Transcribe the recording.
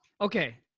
okay